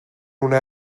una